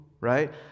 right